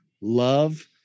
love